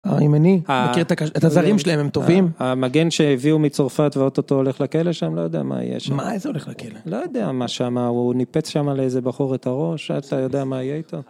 הימני? את הזרים שלהם הם תובעים? המגן שהביאו מצרפת ואוטוטו הולך לכלא שם, לא יודע מה יהיה שם. מה? איזה הולך לכלא? לא יודע מה שם, הוא ניפץ שם על איזה בחור את הראש, אתה יודע מה יהיה איתו?